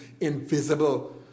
invisible